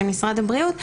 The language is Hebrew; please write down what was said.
של משרד הבריאות.